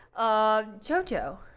jojo